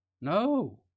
No